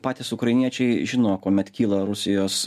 patys ukrainiečiai žino kuomet kyla rusijos